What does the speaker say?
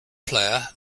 player